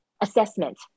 assessment